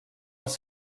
els